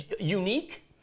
unique